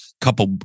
couple